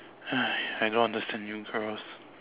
!aiya! I don't understand you girls